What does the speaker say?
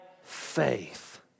faith